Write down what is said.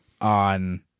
on